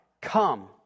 Come